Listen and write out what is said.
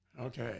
Okay